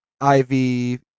Ivy